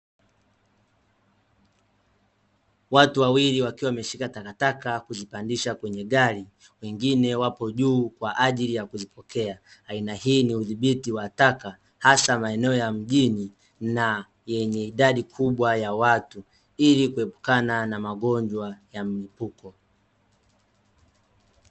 Watu wawili wakiwa wameshika takataka kuzipandisha kwenye gari, wengine wapo juu kwa ajili ya kuzipokea. Aina hii ni udhibiti wa taka hasa maeneo ya mjini na yenye idadi kubwa ya watu, ili kuepukana na magonjwa ya mlipuko.